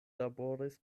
laboris